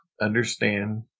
understand